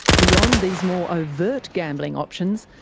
beyond these more overt gambling options,